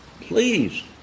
Please